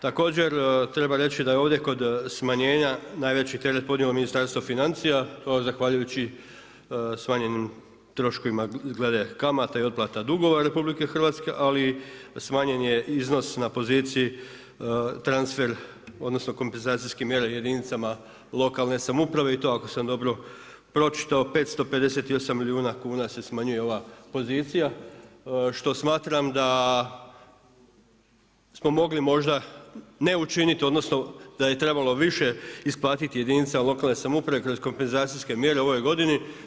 Također treba reći da je ovdje kod smanjenja najveći teret podnijelo Ministarstvo financija i to zahvaljujući smanjenim troškovima glede kamata i otplate dugova RH, ali smanjen je iznos na poziciji transfer odnosno kompenzacijskim mjera jedinica lokalne samouprave i to ako sam dobro pročitao 558 milijuna kuna se smanjuje ova pozicija što smatram da smo mogli možda ne učiniti, odnosno da je trebalo više isplatiti jedinica lokalne samouprave kroz kompenzacijske mjere u ovoj godini.